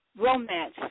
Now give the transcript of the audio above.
romance